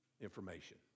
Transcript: information